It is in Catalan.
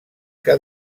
que